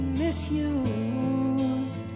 misused